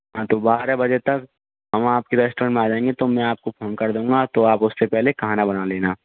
हाँ तो बारह बजे तक हम आपके रेस्टोरेंट में आ जाएंगे तो मैं आपको फोन कर दूँगा तो आप उससे पहले खाना बना लेना